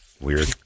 Weird